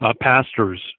pastors